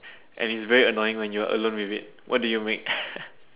and it is very annoying when you're alone with it what do you make